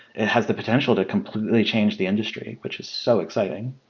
it has the potential to completely change the industry, which is so exciting.